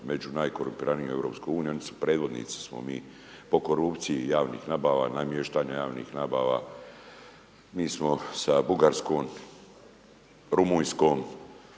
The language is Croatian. među najkorumpiranijima u EU-u, predvodnici smo mi po korupciji javnih nabava, namještanja javnih nabava. Mi smo sa Bugarskom, Rumunjskom,